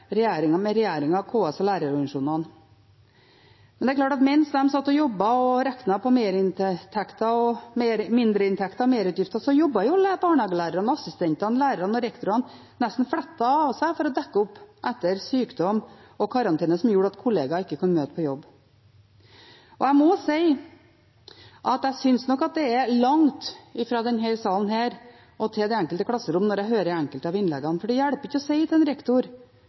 med regjeringen, KS og lærerorganisasjonene. Men det er klart at mens de satt og jobbet og regnet på mindreinntekter og merutgifter, jobbet barnehagelærerne, assistentene, lærerne og rektorene nesten fletta av seg for å dekke opp for sykdom og karantene som gjorde at kollegaer ikke kunne møte på jobb. Jeg må si at jeg synes nok det er langt fra denne salen og til det enkelte klasserom når jeg hører enkelte av innleggene, for det hjelper ikke å si til en rektor